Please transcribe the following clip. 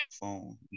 phone